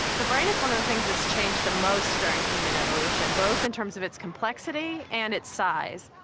the brain is one of the things that's changed the most during human evolution, both in terms of its complexity and its size.